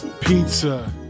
pizza